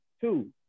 Two